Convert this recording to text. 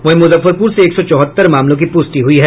वहीं मुजफ्फरपुर से एक सौ चौहत्तर मामलों की पुष्टि हुई है